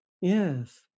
Yes